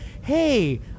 hey